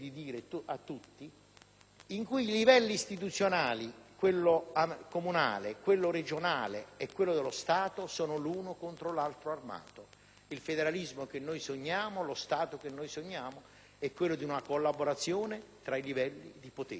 in cui i livelli istituzionali - comunale, regionale e statale - sono l'uno contro l'altro armati. Il federalismo che noi sogniamo, lo Stato che noi sogniamo, è quello in cui c'è collaborazione tra i livelli di potere. Non è possibile